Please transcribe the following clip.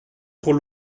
trop